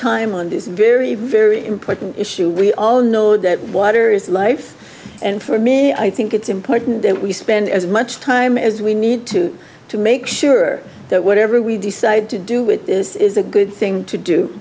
time on this very very important issue we all know that water is life and for me i think it's important that we spend as much time as we need to to make sure that whatever we decide to do with this is a good thing to do